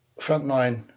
frontline